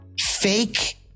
fake